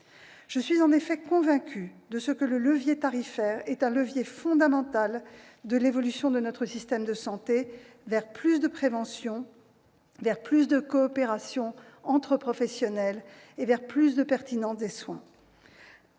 Je suis en effet convaincue que le levier tarifaire est un levier fondamental de l'évolution de notre système de santé vers plus de prévention, de coopération entre professionnels et de pertinence des soins.